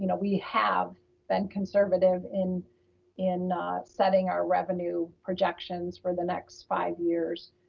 you know we have been conservative in in setting our revenue projections for the next five years.